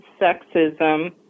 sexism